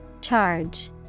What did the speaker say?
Charge